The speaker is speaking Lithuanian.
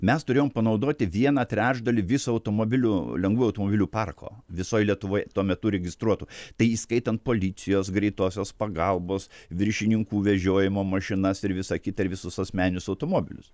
mes turėjom panaudoti vieną trečdalį viso automobilių lengvųjų automobilių parko visoj lietuvoj tuo metu registruotų tai įskaitant policijos greitosios pagalbos viršininkų vežiojimo mašinas ir visa kita ir visus asmeninius automobilius